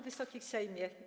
Wysoki Sejmie!